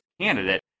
candidate